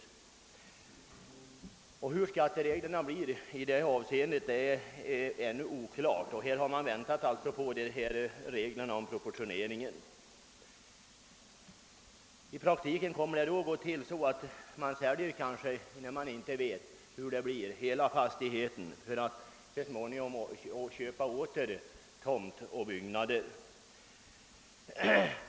Det är ännu oklart hur skattereglerna verkar i det avseendet, och man har alltså väntat på anvisningar om proportionering. I praktiken kommer det kanske att gå till så att man — innan man vet vilken verkan reglerna kommer att få — säljer hela fastigheten för att så småningom återköpa tomt och byggnader.